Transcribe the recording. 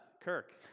Kirk